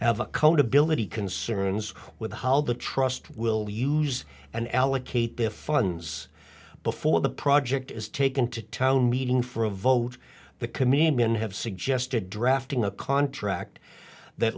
have accountability concerns with how the trust will use and allocate the funds before the project is taken to town meeting for a vote the comedian have suggested drafting a contract that